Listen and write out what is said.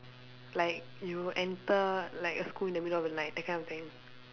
like you enter like a school in the middle of the night that kind of thing